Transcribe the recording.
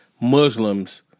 Muslims